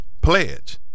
pledge